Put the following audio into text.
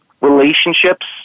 relationships